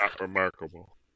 remarkable